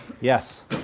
Yes